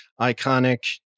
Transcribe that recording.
iconic